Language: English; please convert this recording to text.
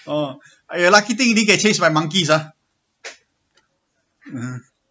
orh eh lucky thing you didn't get chase by monkeys ah uh